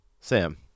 Sam